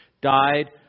died